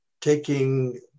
taking